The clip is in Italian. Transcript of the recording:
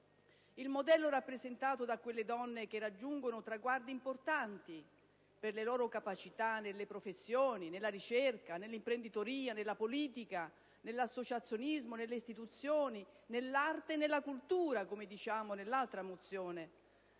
Del modello rappresentato da queste donne che raggiungono traguardi importanti per le loro capacità nelle professioni, nella ricerca, nell'imprenditoria, nella politica, nell'associazionismo, nelle istituzioni, nell'arte e nella cultura - come diciamo nella seconda mozione